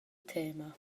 tema